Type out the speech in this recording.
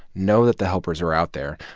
know that the helpers are out there.